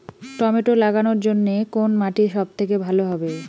Tomato লাগানোর জন্যে কোন মাটি সব থেকে ভালো হবে?